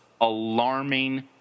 alarming